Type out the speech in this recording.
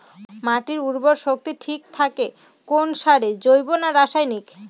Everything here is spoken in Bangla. মাটির উর্বর শক্তি ঠিক থাকে কোন সারে জৈব না রাসায়নিক?